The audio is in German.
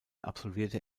absolvierte